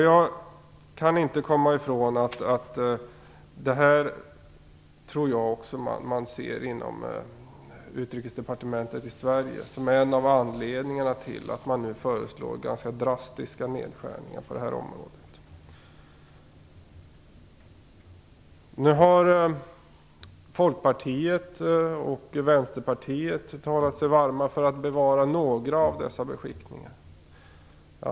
Jag kan inte komma ifrån att man även inom Utrikesdepartementet i Sverige ser detta som en anledningarna till att man nu föreslår ganska drastiska nedskärningar på det här området. Nu har Folkpartiet och Vänsterpartiet talat sig varma för att bevara några av dessa beskickningar.